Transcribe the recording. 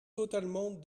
totalement